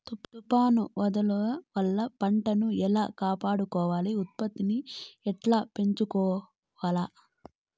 తుఫాను, వరదల వల్ల పంటలని ఎలా కాపాడుకోవాలి, ఉత్పత్తిని ఎట్లా పెంచుకోవాల?